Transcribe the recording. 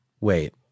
Wait